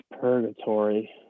Purgatory